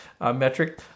metric